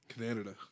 Canada